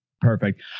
Perfect